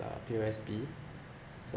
uh P_O_S_B so